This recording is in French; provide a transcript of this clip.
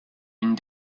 une